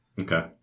Okay